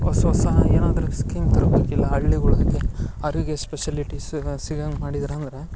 ಒಸ್ ಒಸಾ ಏನಾದ್ರು ಸ್ಕೀಮ್ ತರ್ಬೇಕ್ ಇಲ್ ಹಳ್ಳಿಗುಳಗೆ ಅರುಗೆ ಸ್ಪೆಷಲಿಟೀಸ್ ಸಿಗಂಗ್ ಮಾಡಿದ್ರ್ ಅಂದ್ರ